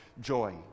joy